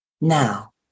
now